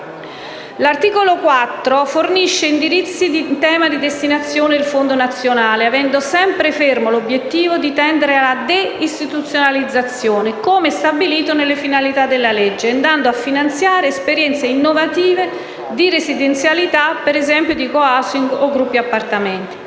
L'articolo 4, fornisce indirizzi in tema di destinazione del Fondo nazionale, avendo sempre fermo l'obiettivo di tendere alla deistituzionalizzazione, come stabilito nelle finalità della legge e andando a finanziare esperienze innovative di residenzialità, come *co-housing* e gruppi appartamento.